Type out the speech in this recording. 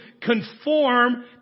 conform